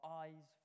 eyes